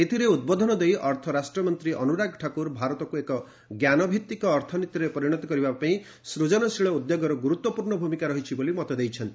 ଏଥିରେ ଉଦ୍ବୋଧନ ଦେଇ ଅର୍ଥ ରାଷ୍ଟ୍ରମନ୍ତ୍ରୀ ଅନୁରାଗ ଠାକୁର ଭାରତକୁ ଏକ ଜ୍ଞାନଭିତ୍ତିକ ଅର୍ଥନୀତିରେ ପରିଣତ କରିବା ପାଇଁ ସୃଜନଶୀଳ ଉଦ୍ୟୋଗର ଗୁରୁତ୍ୱପୂର୍ଣ୍ଣ ଭୂମିକା ରହିଛି ବୋଲି ମତ ଦେଇଛନ୍ତି